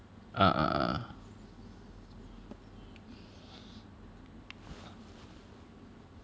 err